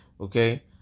okay